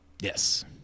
Yes